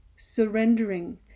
surrendering